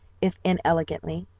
if inelegantly.